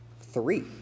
three